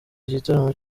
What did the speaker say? igitaramo